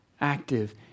active